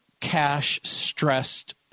cash-stressed